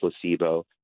placebo